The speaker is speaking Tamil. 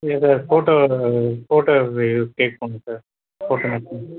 இல்லைங்க சார் ஃபோட்டோ ஃபோட்டோ கேக் பண்ணணும் சார் ஃபோட்டோ வைச்சி